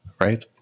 Right